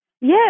Yes